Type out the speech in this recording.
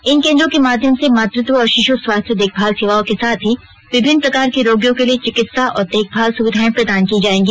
इन केन्द्रों के माध्यम से मातृत्व और शिशु स्वास्थ्य देखभाल सेवाओं के साथ ही विभिन्न प्रकार के रोगियों के लिए चिकित्सा और देखभाल सुविधाएं प्रदान की जायेंगी